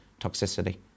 toxicity